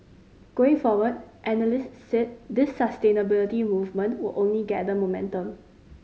going forward analysts said this sustainability movement will only gather momentum